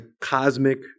cosmic